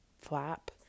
flap